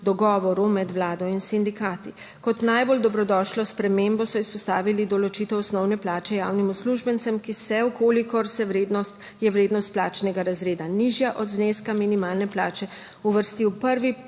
dogovoru med Vlado in sindikati. Kot najbolj dobrodošlo spremembo so izpostavili določitev osnovne plače javnim uslužbencem, ki se v kolikor je vrednost plačnega razreda nižja od zneska minimalne plače. Uvrsti v prvi